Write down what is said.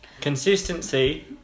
Consistency